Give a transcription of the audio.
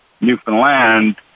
Newfoundland